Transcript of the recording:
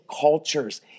cultures